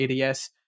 ADS